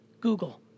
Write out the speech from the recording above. Google